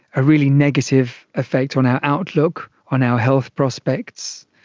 a really negative effect on our outlook, on our health prospects,